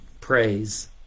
praise